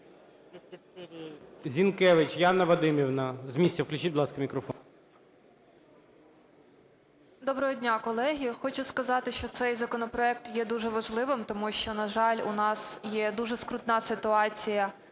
Зінкевич Яна Вадимівна. З місця включіть, будь ласка, мікрофон. 16:20:55 ЗІНКЕВИЧ Я.В. Доброго дня, колеги! Я хочу сказати, що цей законопроект є дуже важливим. Тому що, на жаль, у нас є дуже скрутна ситуація